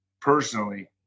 personally